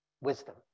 wisdom